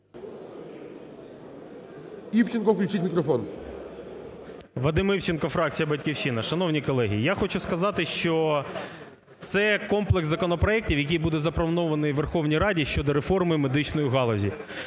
Вадим Івченко, фракція "Батьківщина". Шановні колеги, я хочу сказати, що це комплекс законопроектів, який буде запропонований Верховній Раді щодо реформи медичної галузі,